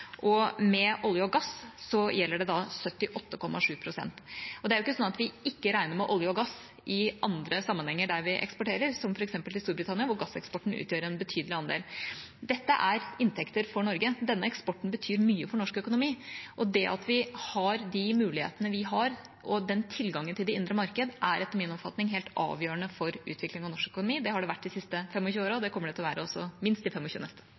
og med olje og gass er det 78,7 pst. Det er jo ikke sånn at vi ikke regner med olje og gass i andre sammenhenger der vi eksporterer, som f.eks. til Storbritannia, hvor gasseksporten utgjør en betydelig andel. Dette er inntekter for Norge. Denne eksporten betyr mye for norsk økonomi, og det at vi har de mulighetene vi har og den tilgangen til det indre marked, er etter min oppfatning helt avgjørende for utvikling av norsk økonomi. Det har det vært de siste 25 årene, og det kommer det også til å være – minst